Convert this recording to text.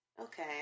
Okay